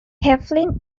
heflin